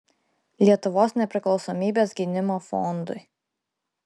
lietuvos nepriklausomybės gynimo fondui